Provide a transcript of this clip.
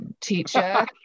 teacher